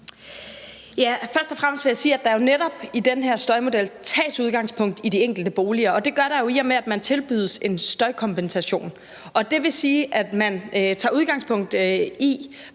Først og fremmest vil jeg sige, at der jo netop i den her støjmodel tages udgangspunkt i de enkelte boliger, og det gør der jo, i og med at man tilbydes en støjkompensation. Det vil sige, at der tages udgangspunkt i,